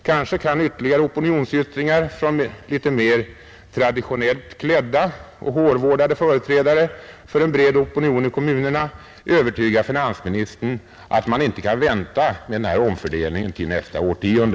Kanske kan ytterligare opinionsyttringar från litet mer traditionellt klädda och hårvårdade företrädare för en bred opinion i kommunerna övertyga finansministern om att man inte kan vänta med den här omfördelningen till nästa årtionde.